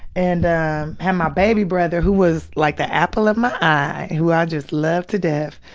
and ah, had my baby brother, who was like the apple of my eye, who i just loved to death,